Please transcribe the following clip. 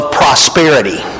prosperity